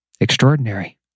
Extraordinary